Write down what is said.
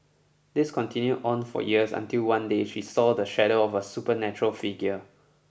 this continued on for years until one day she saw the shadow of a supernatural figure